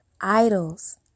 Idols